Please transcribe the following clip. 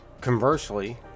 Conversely